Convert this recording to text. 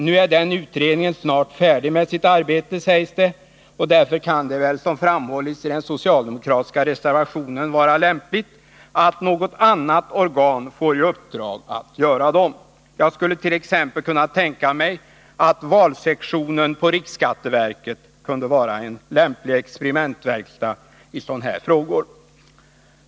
Nu är den utredningen snart färdig med sitt arbete, sägs det, och därför kan det väl, som framhållits i den socialdemokratiska reservationen, vara lämpligt att något annat organ får i uppdrag att göra dem. Jag skulle t.ex. kunna tänka mig att valsektionen på riksskatteverket kunde vara en lämplig experimentverkstad i sådana här frågor.